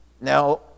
Now